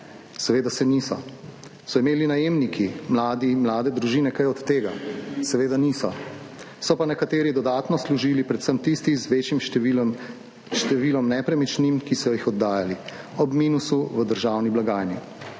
Seveda se niso. So imeli najemniki mladi, mlade družine kaj od tega? Seveda niso, so pa nekateri dodatno služili, predvsem tisti z večjim številom, številom nepremičnin, ki so jih oddajali, ob minusu v državni blagajni.